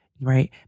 right